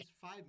five